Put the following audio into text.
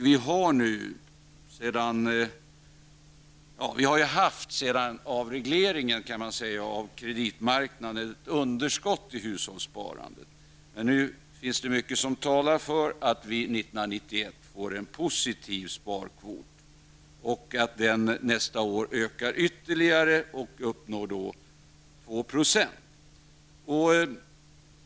Vi har nu, sedan avregleringen gjordes av kreditmarknaden, haft ett underskott i hushållssparandet, men nu finns det mycket som talar för att vi 1991 får en positiv sparkvot. Nästa år ökar den ytterligare och uppnår då 2 %.